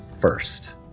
first